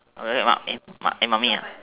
alright mummy mummy